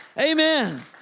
Amen